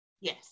yes